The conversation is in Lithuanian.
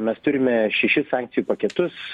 mes turime šešis sankcijų paketus